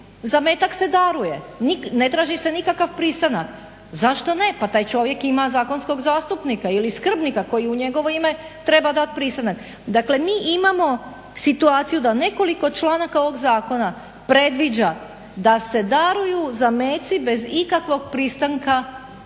zametak se daruje, ne traži se nikakav pristanak. Zašto ne, pa taj čovjek ima zakonskog zastupnika ili skrbnika koji u njegovo ime treba dati pristanak. Dakle mi imamo situaciju da nekoliko članaka ovog zakona predviđa da se daruju zameci bez ikakvog pristanka onih